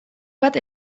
bat